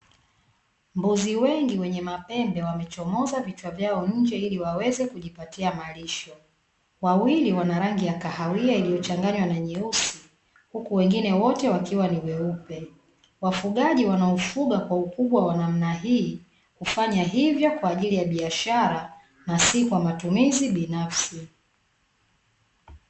Mbuzi wengi wenye mapembe wamechomoza vichwa vyao nje ili waweze kujipatia malisho, wawili wana rangi ya kahawia iliyochanganywa na nyeusi huku wengine wote wakiwa ni weupe, wafugaji wanaofuga kwa ukubwa wa namna hii, hufanya hivyo kwa ajili ya biashara na si kwa matumizi binafsi.